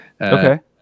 Okay